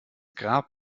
grab